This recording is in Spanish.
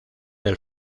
del